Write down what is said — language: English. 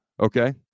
Okay